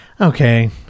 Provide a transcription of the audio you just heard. Okay